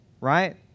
right